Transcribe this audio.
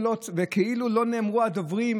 וכאילו לא נאמרו על ידי הדוברים